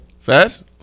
Fast